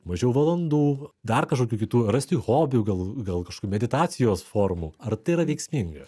mažiau valandų dar kažkokių kitų rasti hobių gal gal kažkokių meditacijos formų ar tai yra veiksminga